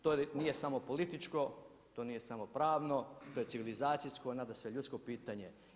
To nije samo političko, to nije samo pravno, to je civilizacijsko nadasve ljudsko pitanje.